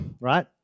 right